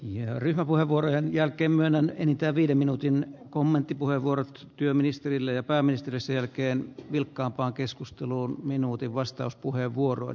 ja ryhmäpuheenvuorojen jälkeen mennään enintään viiden minuutin kommenttipuheenvuorot työministerille ja pääministeri selkeän vilkkaampaa keskustelua minuutin malliksi